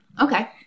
Okay